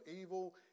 evil